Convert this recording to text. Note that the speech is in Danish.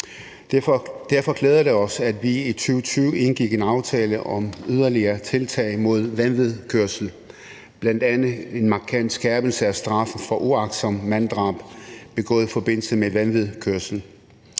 Derfor glæder det os, at vi i 2020 indgik en aftale om yderligere tiltag mod vanvidskørsel, herunder en markant skærpelse af straffen for uagtsomt manddrab begået i forbindelse med vanvidskørsel.